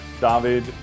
David